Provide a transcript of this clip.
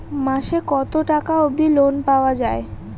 মাসে কত টাকা অবধি লোন পাওয়া য়ায়?